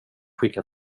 skicka